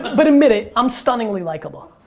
but admit it, i'm stunningly likable.